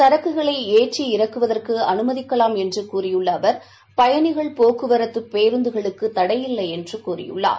சரக்குகளை ஏற்றி இறக்குவதற்கு அனுமதிக்கலாம் என்று கூறிய அவர் பயணிகள் போக்குவரத்து பேருந்துகளுக்கு தடையில்லை என்றார்